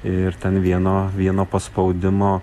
ir ten vieno vieno paspaudimo